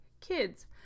kids